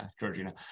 Georgina